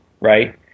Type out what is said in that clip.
right